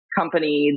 company